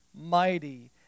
mighty